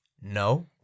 No